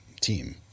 team